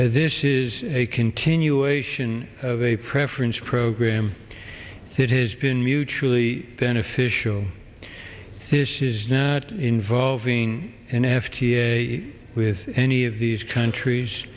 this is a continuation of a preference program that has been mutually beneficial this is not involving an f t a with any of these countries